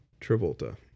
Travolta